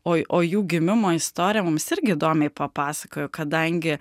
o o jų gimimo istoriją mums irgi įdomiai papasakojo kadangi